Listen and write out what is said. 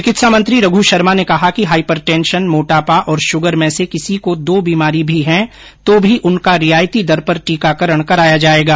चिकित्सा मंत्री रघ् शर्मा ने कहा कि हाइपरटेंशन मोटापा और शुगर में से किसी को दो बीमारी भी हैं तो भी उनका रियायती दर पर टीकाकरण कराया जायेगा